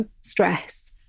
stress